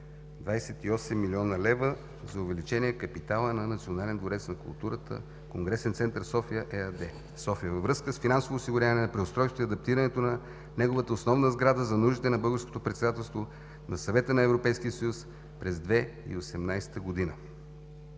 на „Национален дворец на културата – Конгресен център София“ ЕАД в София във връзка с финансово осигуряване на преустройството и адаптирането на неговата основна сграда за нуждите на българското председателство на Съвета на Европейския съюз през 2018 г.